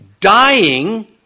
dying